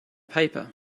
paper